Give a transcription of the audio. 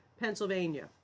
Pennsylvania